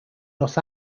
los